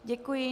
Děkuji.